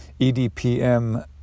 edpm